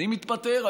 אני מתפטר,